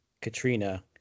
Katrina